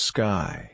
Sky